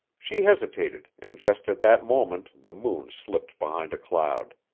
she hesitated, and just at that moment the moon slipped behind a cloud.